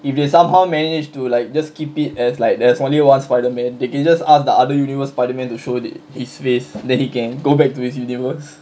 if you somehow manage to like just keep it as like there's only one spiderman they can just ask the other universe spiderman to show his face then he can go back to his universe